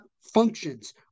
functions